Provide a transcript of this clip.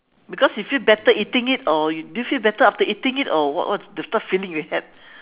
because you feel better eating it or you do you feel better after eating it or what what the type feeling you had